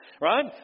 right